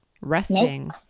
resting